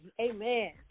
Amen